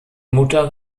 mutter